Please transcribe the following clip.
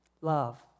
Love